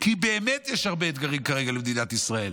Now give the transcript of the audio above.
כי באמת יש הרבה אתגרים כרגע למדינת ישראל,